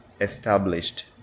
established